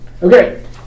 Okay